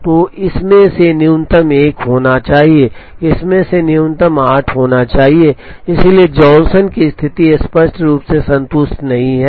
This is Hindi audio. तो इसमें से न्यूनतम 1 होना चाहिए इसमें से न्यूनतम 8 होना चाहिए इसलिए जॉनसन की स्थिति स्पष्ट रूप से संतुष्ट नहीं है